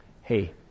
Hey